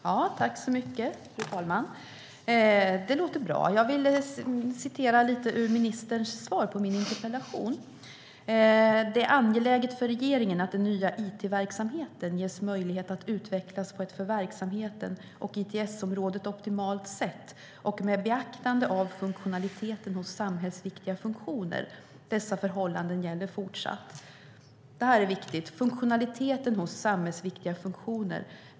Fru talman! Det låter bra. Jag vill citera lite ur ministerns svar på min interpellation: "Det är angeläget för regeringen att den nya it-verksamheten ges möjlighet att utvecklas på ett för verksamheten och ITS-området optimalt sätt och med beaktande av funktionaliteten hos samhällsviktiga funktioner. Dessa förhållanden gäller fortsatt." Det här är viktigt: "funktionaliteten hos samhällsviktiga funktioner".